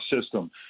system